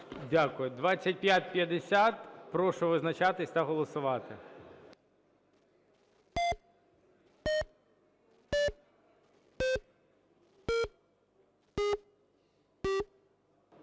2559. Прошу визначатись та голосувати.